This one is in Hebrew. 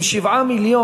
7 מיליון.